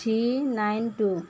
three nine two